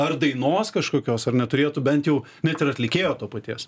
ar dainos kažkokios ar neturėtų bent jau net ir atlikėjo to paties